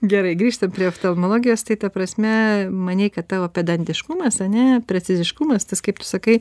gerai grįžtam prie oftalmologijos tai ta prasme manei kad tavo pedantiškumas ane preciziškumas tas kaip tu sakai